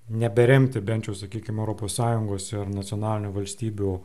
neberemti bent jau sakykim europos sąjungos ar nacionalinių valstybių